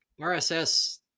RSS